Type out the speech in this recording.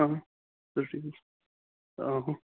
آہن حظ بِلکُل حظ آ ہُہ